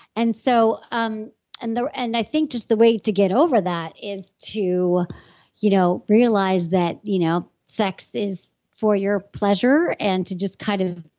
and so um and and i think just the way to get over that is to you know realize that you know sex is for your pleasure, and to just kind of.